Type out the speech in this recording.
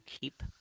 keep